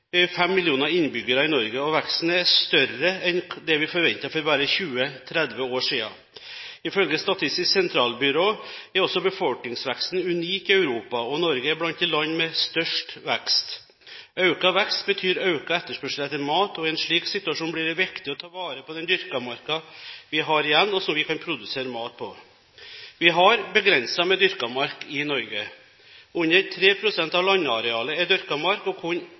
fem millioner innbyggere i Norge, og veksten er større enn det vi forventet for bare 20–30 år siden. Ifølge Statistisk sentralbyrå er også befolkningsveksten unik i Europa, og Norge er blant de land med størst vekst. Økt vekst betyr økt etterspørsel etter mat, og i en slik situasjon blir det viktig å ta vare på den dyrka marka vi har igjen, og som vi kan produsere mat på. Vi har begrenset med dyrka mark i Norge. Under 3 pst. av landarealet er dyrka mark, og kun